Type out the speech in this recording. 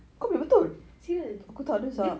serious dia